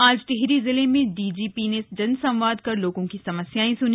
आज टिहरी जिले में डीजीपी ने जनसंवाद कर लोगों की समस्याएं सुनी